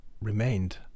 remained